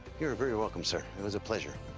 you are very welcome, sir. it was a pleasure.